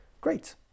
great